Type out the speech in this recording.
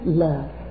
love